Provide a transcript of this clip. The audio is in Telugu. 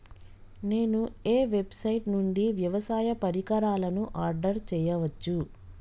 నేను ఏ వెబ్సైట్ నుండి వ్యవసాయ పరికరాలను ఆర్డర్ చేయవచ్చు?